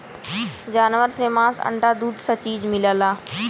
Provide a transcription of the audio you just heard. जानवर से मांस अंडा दूध स चीज मिलला